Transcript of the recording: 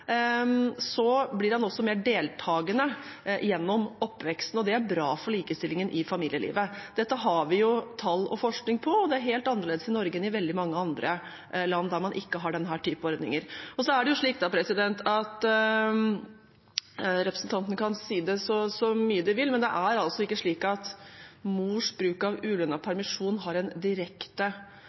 blir han også mer deltakende gjennom oppveksten. Det er bra for likestillingen i familielivet. Dette har vi tall og forskning på, og det er helt annerledes i Norge enn i veldig mange land der man ikke har denne typen ordninger. Representantene kan si det så mye de vil, men det er altså ikke slik at mors bruk av ulønnet permisjon har en direkte